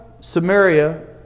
Samaria